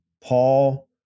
paul